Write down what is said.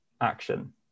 action